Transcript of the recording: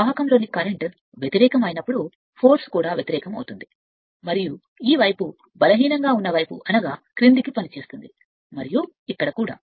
వాహకంలోని current వ్యతిరేకం అయినప్పుడు అది రెండవ రేఖాచిత్రం శక్తి కూడా వ్యతిరేకం అవుతుంది మరియు మీరు బలం అని పిలవబడేది ఈ వైపు బలహీనంగా ఉన్న క్రిందికి పనిచేస్తుంది మరియు ఇక్కడ కూడా